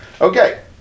Okay